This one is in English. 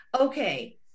Okay